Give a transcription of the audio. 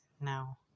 Now